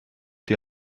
die